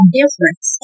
difference